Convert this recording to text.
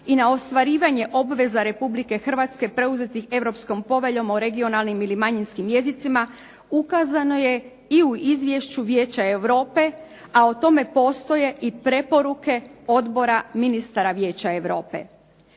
i na ostvarivanje obveza Republike Hrvatske preuzetih Europskom poveljom o regionalnim ili manjinskim jezicima ukazano je i u izvješću Vijeća Europe a o tome postoje i preporuke Odbora ministara Vijeća Europe.